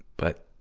but,